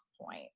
point